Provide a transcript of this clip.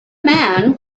man